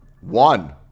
One